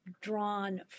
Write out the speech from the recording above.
drawn